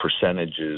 percentages